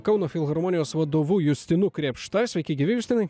kauno filharmonijos vadovu justinu krėpšta sveiki gyvi justinai